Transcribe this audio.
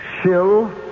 Shill